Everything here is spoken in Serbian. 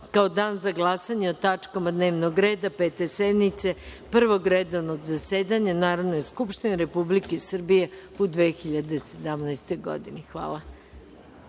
kao dan za glasanje o tačkama dnevnog reda Pete sednice Prvog redovnog zasedanja Narodne skupštine Republike Srbije u 2017. godini. Hvala.